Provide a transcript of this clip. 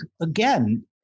again